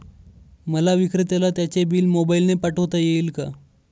मला विक्रेत्याला त्याचे बिल मोबाईलने पाठवता येईल का?